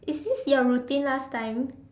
is this your routine last time